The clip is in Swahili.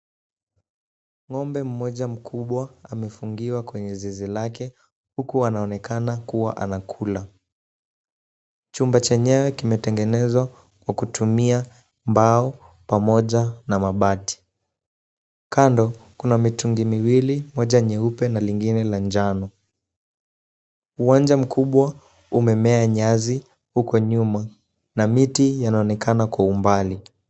Ng'ombe mmoja mkubwa amefungiwa kwenye zizi lake huku anaonekana kuwa anakula. Chumba chenyewe kimetengenezwa kwa kutumia mbao pamoja na mabati. Kando kuna mitungi miwili moja nyeupe na lingine la njano. Uwanja mkubwa umemea nyasi uko nyuma na miti yanaonekana kwa umbali.